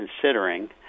considering